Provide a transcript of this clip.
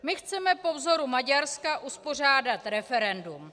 My chceme po vzoru Maďarska uspořádat referendum.